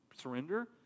Surrender